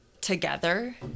together